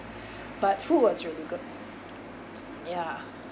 but food was really good yeah